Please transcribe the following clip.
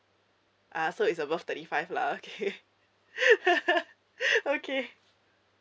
uh so it's above thirty five lah okay okay